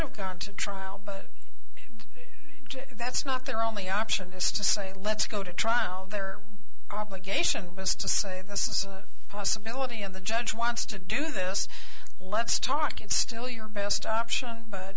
have gone to trial but that's not their only option is to say let's go to trial there are obligations of us to say this is a possibility and the judge wants to do this let's talk it's still your best option but